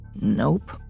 Nope